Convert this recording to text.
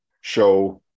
show